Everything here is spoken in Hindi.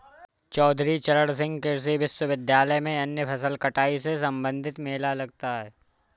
चौधरी चरण सिंह कृषि विश्वविद्यालय में अन्य फसल कटाई से संबंधित मेला लगता है